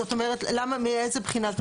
זאת אומרת, למה, מאיזה בחינה?